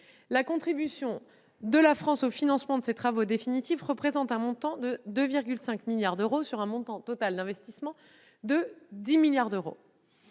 La contribution de la France au financement de ces travaux définitifs représente un montant de 2,5 milliards, d'euros sur un montant total d'investissement de 10 milliards d'euros.